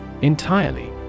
Entirely